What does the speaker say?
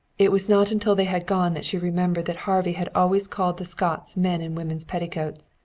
it was not until they had gone that she remembered that harvey had always called the scots men in women's petticoats.